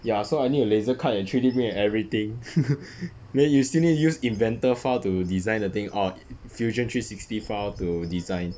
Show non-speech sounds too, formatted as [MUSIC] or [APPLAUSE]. ya so I need to laser cut and three D print and everything [LAUGHS] then you still need use inventor file to design the thing oh fusion three sixty file to design